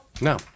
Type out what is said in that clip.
No